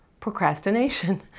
procrastination